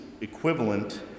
equivalent